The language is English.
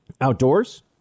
outdoors